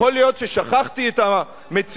יכול להיות ששכחתי את המציאות?